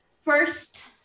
First